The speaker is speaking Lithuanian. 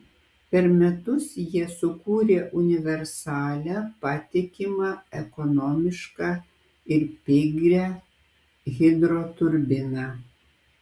per metus jie sukūrė universalią patikimą ekonomišką ir pigią hidroturbiną